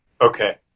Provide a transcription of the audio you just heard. Okay